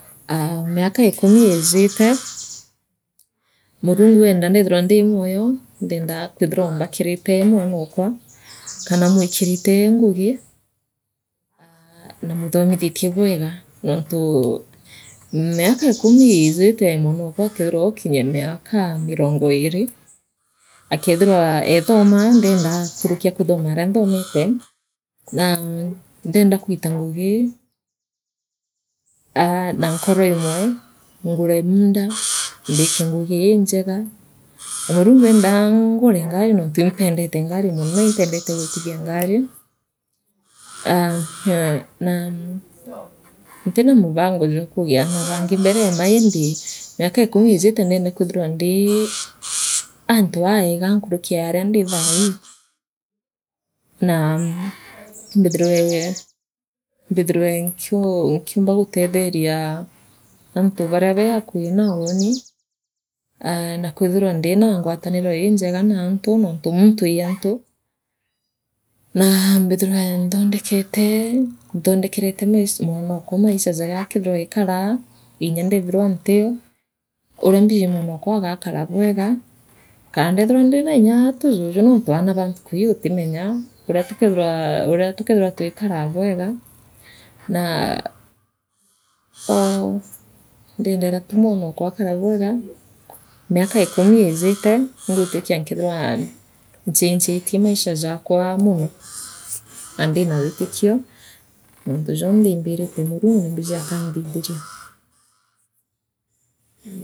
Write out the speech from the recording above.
Aa mianka ikumi iijite Murungu eenda mbithirwa ndi moyo ndienda kwithirwa mbakirito mwanookwa kana mwikirite ngugi aa na muthomithitie bwega nontuu m miakekumi iijite mwanokwa akeethira ookiryia miaka mirongo iiri akeethirwa eethumaa ndienda akurukia kuthomaria nthomete naa ndienda gwita ngugi aa na nkoro imwe ngure munda mbike ngugi injeega Murungu endaa ngure ngari nontu impendendete ngari mono naimpendete gwitithia ngari aa naa ntira mubongo jwa kuigia aara baangi mbore maa indi miaka ikumi iijite ndienda kwithirwa ndii aantu aega nkuruki ee aria ndi thaii naa mbithirwe mbithirwe nkiu nkiumba gutetheria antu baria be akui naauni muntu ii antu naa mbithirwe nthondekete nthondekenete mais mwanokwa maisha jaria akeethirwa aikaraa inyaa ndeethirwa ntio uria mbiji mwanokwa agakara bwega kaa ndethira ndira inya tu juju noontu aana baa ntuku ii utimenyaa uria tukeethi uria tukeothirwa twikaraa bweega raa oo ndiendera tu mwanokwa akara bweega miaka ikumi iijite ngwitikia nkeethira chinchiitie maicha jakwa mono naa ndira wiitikio mantu jonthe imbirite Murungu imbiji akanthithiria.